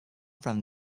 from